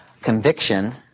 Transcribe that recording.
conviction